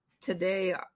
today